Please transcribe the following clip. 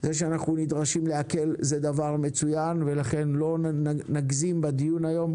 זה שאנחנו נדרשים להקל זה דבר מצוין ולכן לא נגזים בדיון היום,